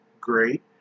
great